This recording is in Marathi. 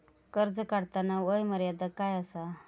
कर्ज काढताना वय मर्यादा काय आसा?